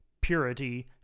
purity